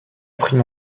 prime